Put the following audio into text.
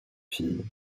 fille